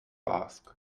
ask